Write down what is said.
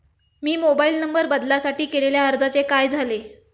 मी mobile number बदलासाठी केलेल्या अर्जाचे काय झाले?